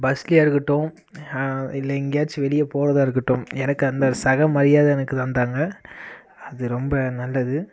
பஸ்லயாக இருக்கட்டும் இல்லை எங்கேயாச்சும் வெளியே போகிறதா இருக்கட்டும் எனக்கு அந்த சக மரியாதை எனக்கு தந்தாங்கள் அது ரொம்ப நல்லது